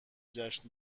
جشن